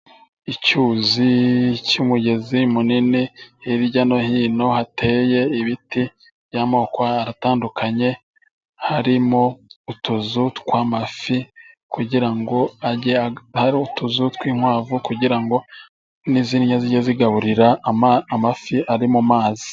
Icyuzi cy'umugezi munini hirya no hino hateye ibiti by'amoko atandukanye, harimo utuzu tw'amafi kugira ngo hari utuzu tw'inkwavu, kugira ngo nizirya zijye zigaburira amafi ari mu mazi.